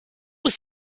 was